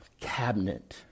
cabinet